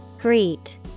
Greet